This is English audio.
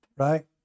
right